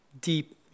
deep